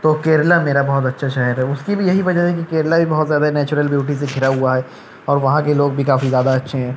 تو کیرل میرا بہت اچھا شہر ہے اس کی بھی یہی وجہ ہے کہ کیرل بھی بہت زیادہ نیچرل بیوٹی سے گھرا ہوا ہے اور وہاں کے لوگ بھی کافی زیادہ اچھے ہیں